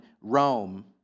Rome